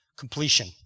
completion